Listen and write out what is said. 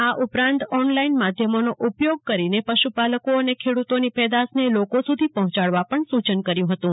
આ ઉપરાંતે ઓનલાઇન માધ્યમોનો ઉપયોગ કરીને પશુપાલકો અને ખેડૂતોની પ્રોડક્ટને લોકો સુધી પહોંચાડવા પણ સુચન કર્યું હતું